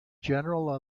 general